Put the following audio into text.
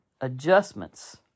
adjustments